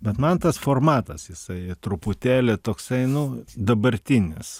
bet man tas formatas jisai truputėlį toksai nu dabartinis